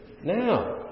now